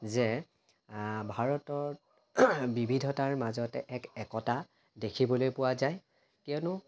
যে ভাৰতত বিবিধতাৰ মাজতে এক একতা দেখিবলৈ পোৱা যায় কিয়নো